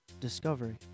Discovery